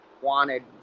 wanted